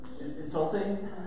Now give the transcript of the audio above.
Insulting